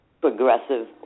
progressive